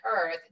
Earth